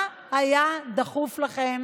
מה היה דחוף לכם